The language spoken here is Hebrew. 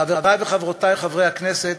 חברתי וחברותי חברי הכנסת,